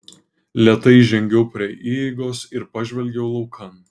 lėtai žengiau prie įeigos ir pažvelgiau laukan